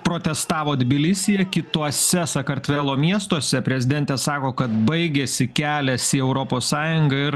protestavo tbilisyje kituose sakartvelo miestuose prezidentė sako kad baigėsi kelias į europos sąjungą ir